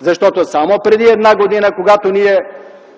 Защото само преди една година, когато ние